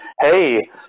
hey